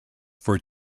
for